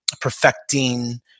perfecting